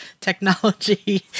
technology